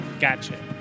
Gotcha